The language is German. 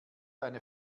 eine